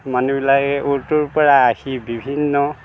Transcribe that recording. মানুহবিলাকে অ'ৰ ত'ৰ পৰা আহি বিভিন্ন